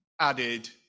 added